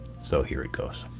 so here it goes